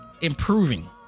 improving